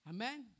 Amen